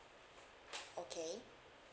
okay